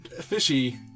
Fishy